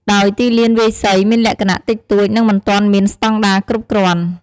ដោយ ទីលានវាយសី មានលក្ខណៈ តិចតួច និងមិនទាន់មានស្តង់ដារគ្រប់គ្រាន់។